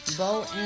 vote